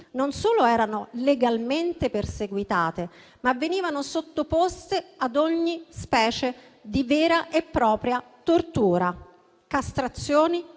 non solo erano legalmente perseguitate, ma venivano sottoposte ad ogni specie di vera e propria tortura: castrazioni,